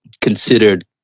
considered